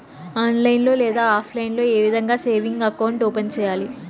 online లో లేదా offline లో ఏ విధంగా సేవింగ్ అకౌంట్ ఓపెన్ సేయాలి